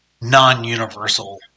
non-universal